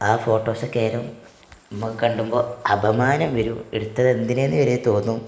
ആ ഫോട്ടോസൊക്കാലും നമുക്ക് കണ്ടുമ്പം അപമാനം വരും എടുത്തത് എന്തിനാണെന്നു വരെ തോന്നും